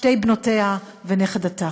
שתי בנותיה ונכדתה.